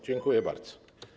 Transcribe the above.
Dziękuję bardzo.